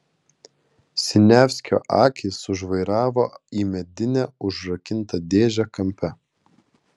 siniavskio akys sužvairavo į medinę užrakintą dėžę kampe